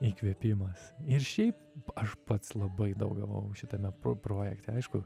įkvėpimas ir šiaip aš pats labai daug gavau šitame pro projekte aišku